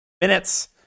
minutes